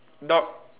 dog